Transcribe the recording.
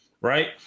right